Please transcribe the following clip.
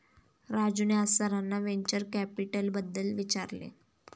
राजूने आज सरांना व्हेंचर कॅपिटलबद्दल विचारले